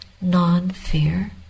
non-fear